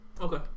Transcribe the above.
Okay